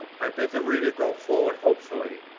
i bid the reader go forward hopefully,